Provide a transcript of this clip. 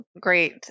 great